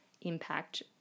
impact